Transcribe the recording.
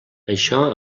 això